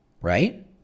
Right